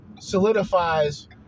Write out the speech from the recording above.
Solidifies